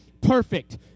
Perfect